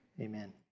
amen